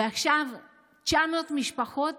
ועכשיו 900 משפחות